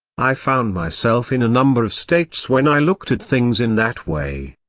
i found myself in a number of states when i looked at things in that way.